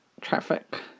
traffic